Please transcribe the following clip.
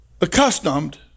accustomed